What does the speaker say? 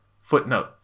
Footnote